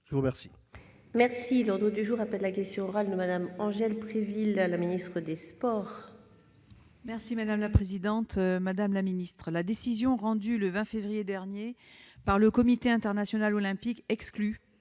Je vous remercie